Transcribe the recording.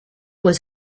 was